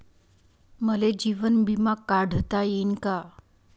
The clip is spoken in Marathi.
मले जीवन बिमा काढता येईन का?